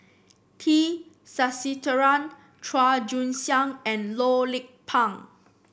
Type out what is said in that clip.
T Sasitharan Chua Joon Siang and Loh Lik Peng